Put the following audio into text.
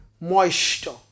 moisture